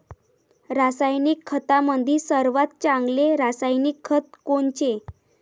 रासायनिक खतामंदी सर्वात चांगले रासायनिक खत कोनचे?